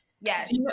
Yes